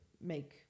make